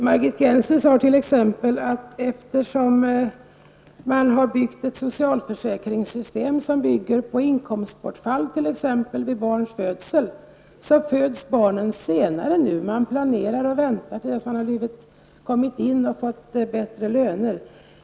Margit Gennser sade t.ex. att eftersom man har byggt upp ett socialförsäkringssystem som bygger på inkomstbortfall, t.ex. vid barns födelse, föds barnen senare; man planerar och väntar tills man har fått bättre lön.